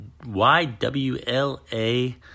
YWLA